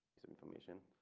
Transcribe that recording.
information.